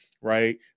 right